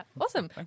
awesome